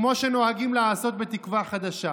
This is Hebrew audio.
כמו שנוהגים לעשות בתקווה חדשה.